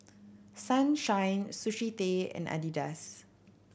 Sunshine Sushi Tei and Adidas